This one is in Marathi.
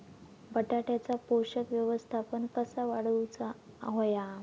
बटाट्याचा पोषक व्यवस्थापन कसा वाढवुक होया?